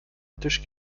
tisch